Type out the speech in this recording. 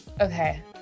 Okay